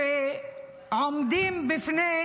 שעומדים בפני